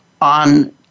on